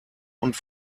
und